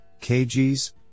KGs